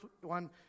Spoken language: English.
one